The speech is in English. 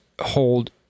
hold